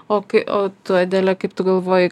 o kai o tu adele kaip tu galvoji